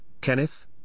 Kenneth